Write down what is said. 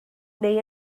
neu